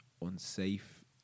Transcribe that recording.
Unsafe